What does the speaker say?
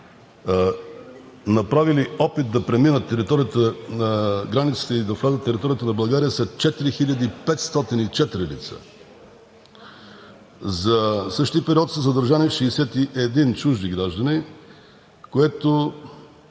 направили опит да преминат границата и да влязат на територията на България са 4504 лица. За същия период са задържани 61 чужди граждани, което